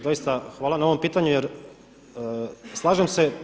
Doista hvala na ovom pitanju jer slažem se.